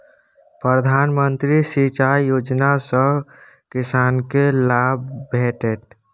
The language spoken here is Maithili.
प्रधानमंत्री सिंचाई योजना सँ किसानकेँ लाभ भेटत